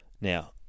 now